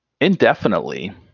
indefinitely